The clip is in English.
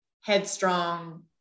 headstrong